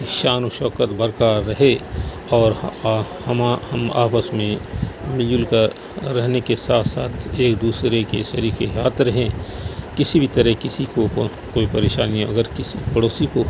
شان و شوکت بر قرار رہے اور ہم آپس میں مل جل کر رہنے کے ساتھ ساتھ ایک دوسرے کے شریک حیات رہیں کسی بھی طرح کسی کو کوئی پریشانی اگر کسی پڑوسی کو